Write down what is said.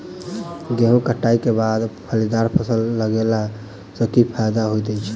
गेंहूँ कटाई केँ बाद फलीदार फसल लगेला सँ की फायदा हएत अछि?